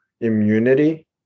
immunity